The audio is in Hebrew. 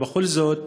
אבל בכל זאת,